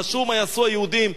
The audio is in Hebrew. חשוב מה יעשו היהודים.